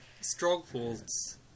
strongholds